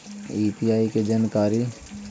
UPI के जानकारी?